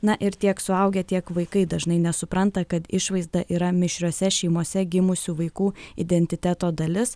na ir tiek suaugę tiek vaikai dažnai nesupranta kad išvaizda yra mišriose šeimose gimusių vaikų identiteto dalis